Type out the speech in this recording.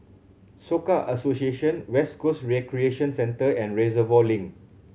Soka Association West Coast Recreation Centre and Reservoir Link